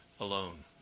alone